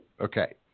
Okay